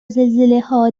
زلزلهها